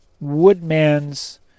woodman's